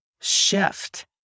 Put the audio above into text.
shift